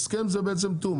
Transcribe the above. הסכם זה בעצם תיאום.